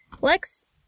Lex